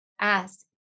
ask